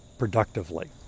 productively